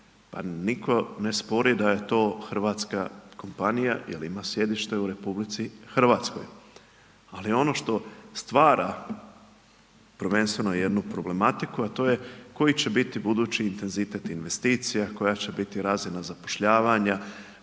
Pa nitko ne spori da je to hrvatska kompanija jer ima sjedište u RH. Ali ono što stvara prvenstveno jednu problematiku a to je koji će biti budući intenzitet investicija, koja će biti razina zapošljavanja,